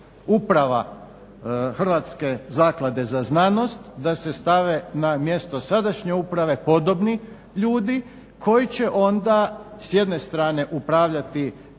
uprava Hrvatske zaklade za znanost, da se stave na mjesto sadašnje uprave podobni ljudi, koji će onda s jedne strane upravljati